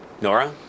Nora